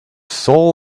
soul